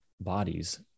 bodies